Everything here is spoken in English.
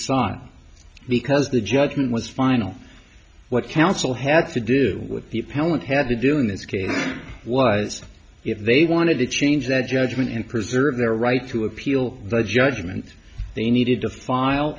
side because the judgment was final what counsel had to do with the appellant had to do in this case was if they wanted to change their judgment and preserve their right to appeal the judgment they needed to file